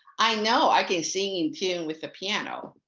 i know i can sing in tune with the piano.